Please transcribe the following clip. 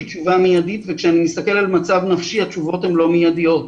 תשובה מיידית וכשאני מסתכל על מצב נפשי התשובות הן לא מידיות,